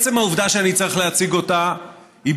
עצם העובדה שאני צריך להציג אותה היא